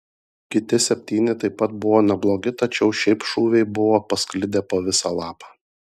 kiti septyni taip pat buvo neblogi tačiau šiaip šūviai buvo pasklidę po visą lapą